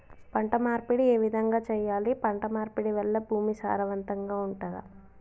పంట మార్పిడి ఏ విధంగా చెయ్యాలి? పంట మార్పిడి వల్ల భూమి సారవంతంగా ఉంటదా?